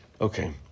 Okay